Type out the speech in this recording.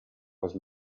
was